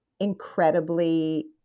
incredibly